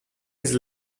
his